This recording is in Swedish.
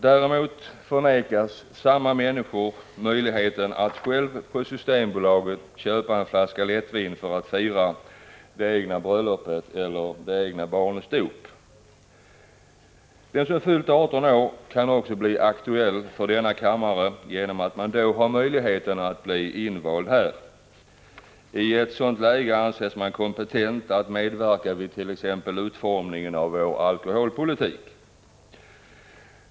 Däremot förvägras samma människor att själva på Systembolaget köpa en flaska lättvin för att fira det egna bröllopet eller det egna barnets dop. Den som fyllt 18 år kan också bli aktuell för denna kammare genom att man då har möjligheten att bli invald i riksdagen. I ett sådant läge anses man kompetent att medverka vid utformningen av t.ex. vår alkoholpolitik.